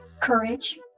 courage